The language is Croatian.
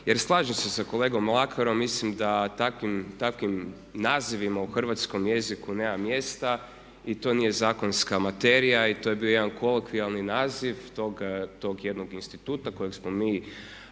Jer slažem se sa kolegom Mlakarom, mislim da takvim nazivima u hrvatskom jeziku nema mjesta i to nije zakonska materija i to je bio jedan kolokvijalni naziv tog jednog instituta kojeg smo mi